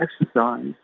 exercise